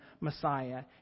Messiah